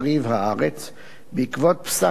בעקבות פסק הלכה אשר הוציא,